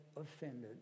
offended